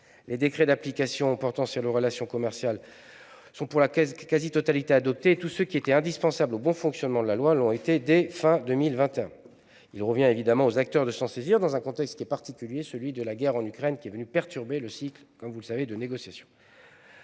Les décrets d'application portant sur les relations commerciales sont quasiment tous adoptés, ceux qui étaient indispensables au bon fonctionnement de la loi l'ayant été dès la fin de 2021. Il revient évidemment aux acteurs de s'en saisir pleinement dans un contexte particulier, la guerre en Ukraine étant venue perturber le cycle de négociations.